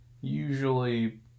Usually